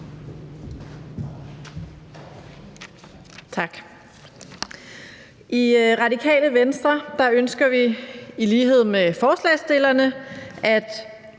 Tak. I Radikale Venstre ønsker vi i lighed med forslagsstillerne, at